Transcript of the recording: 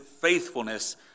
faithfulness